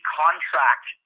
contract